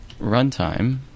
runtime